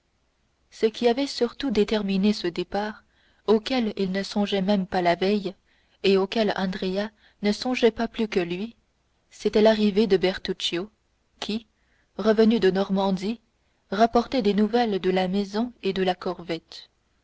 ce qui avait surtout déterminé ce départ auquel il ne songeait même pas la veille et auquel andrea ne songeait pas plus que lui c'était l'arrivée de bertuccio qui revenu de normandie rapportait des nouvelles de la maison et de la corvette